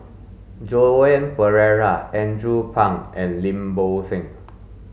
Joan Pereira Andrew Phang and Lim Bo Seng